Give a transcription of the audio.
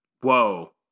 Whoa